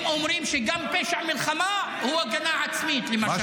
הם אומרים שגם פשע מלחמה הוא הגנה עצמית, למשל.